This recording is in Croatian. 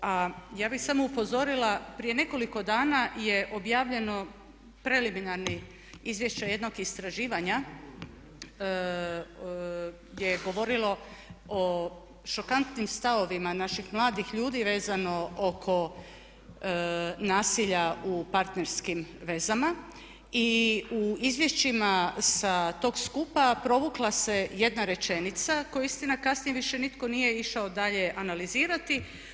A ja bih samo upozorila prije nekoliko dana je objavljeno preliminarni izvještaj jednog istraživanja gdje je govorilo o šokantnim stavovima naših mladih ljudi vezano oko nasilja u partnerskim vezama i u izvješćima sa tog skupa provukla se jedna rečenica koju istina kasnije više nitko nije išao dalje analizirati.